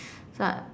like